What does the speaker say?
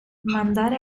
mandare